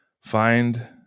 find